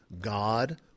God